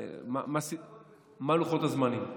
מה הם לוחות הזמנים.